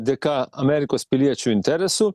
dėka amerikos piliečių interesų